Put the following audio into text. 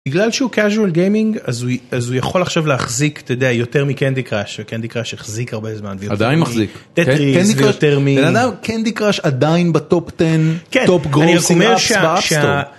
בגלל שהוא casual gaming אז הוא יכול עכשיו להחזיק אתה יודע, יותר מקנדי קראש וקנדי קראש החזיק הרבה זמן ועדיין מחזיק. יותר מינות קנדי קראש עדיין בטופ 10.